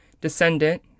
Descendant